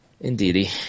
Indeedy